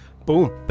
Boom